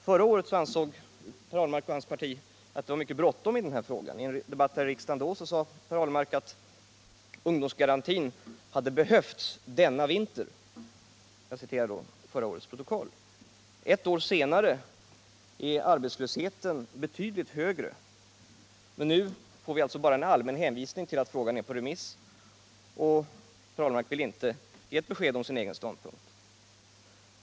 Förra året ansåg Per Ahlmark och hans parti att det var mycket bråttom i denna fråga, och i en debatt här i riksdagen sade Per Ahlmark enligt föregående års protokoll ”att ungdomsgarantin hade behövts denna vinter”. Ett år senare är arbetslösheten betydligt högre, men nu får vi bara en allmän hänvisning till att frågan är ute på remiss, och Per Ahlmark vill inte ge ett besked om sin egen ståndpunkt.